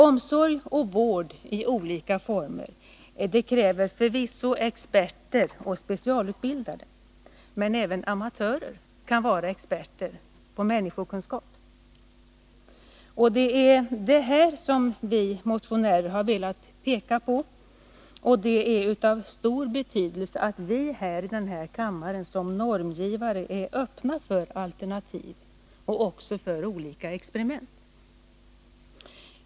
Omsorg och vård i olika former kräver förvisso experter och specialutbildade, men även amatörer kan vara experter i människokunskap. Det är detta vi motionärer har velat peka på, och det är av stor betydelse att vi här i kammaren som normgivare är öppna för alternativ och också för olika experiment.